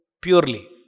purely